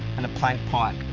and a plank pike.